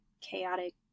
chaotic